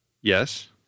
Yes